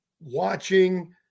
watching